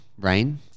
Rain